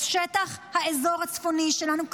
את שטח האזור הצפוני שלנו,